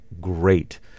great